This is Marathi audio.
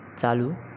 चालू